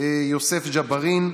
יוסף ג'בארין,